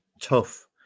tough